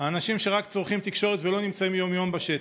האנשים שרק צורכים תקשורת ולא נמצאים יום-יום בשטח.